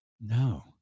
no